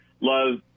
love